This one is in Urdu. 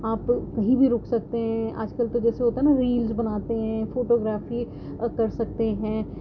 آپ کہیں بھی رک سکتے ہیں آج کل تو جیسے ہوتا ہے نا ریلس بناتے ہیں فوٹوگرافی کر سکتے ہیں